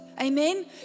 Amen